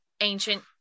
ancient